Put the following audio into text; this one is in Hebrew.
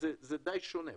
זה די שונה.